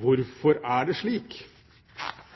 Hvorfor er det slik?